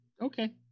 Okay